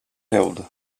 held